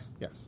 Yes